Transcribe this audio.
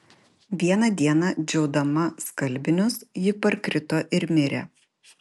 vieną dieną džiaudama skalbinius ji parkrito ir mirė